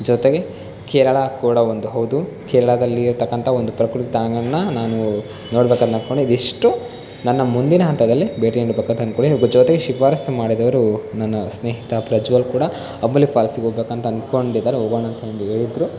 ಜೊತೆಗೆ ಕೇರಳ ಕೂಡ ಒಂದು ಹೌದು ಕೇರಳದಲ್ಲಿ ಇರತಕ್ಕಂಥ ಒಂದು ಪ್ರಕೃತಿ ತಾಣಗಳನ್ನು ನಾನು ನೋಡಬೇಕಂತ ಅಂದುಕೊಂಡೆ ಇದಿಷ್ಟು ನನ್ನ ಮುಂದಿನ ಹಂತದಲ್ಲಿ ಭೇಟಿ ನೀಡಬೇಕಂತ ಅಂದುಕೊಂಡಿದ್ದೀನಿ ಇದರ ಜೊತೆ ಶಿಫಾರಸ್ಸು ಮಾಡಿದೋರು ನನ್ನ ಸ್ನೇಹಿತ ಪ್ರಜ್ವಲ್ ಕೂಡ ಅಂಬುಲಿ ಫ಼ಾಲ್ಸಿಗೆ ಹೋಗಬೇಕಂತ ಅಂದುಕೊಂಡಿದ್ದಾರೆ ಹೋಗೋಣಂತ ಎಂದು ಹೇಳಿದರು